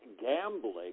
gambling